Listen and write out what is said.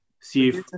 see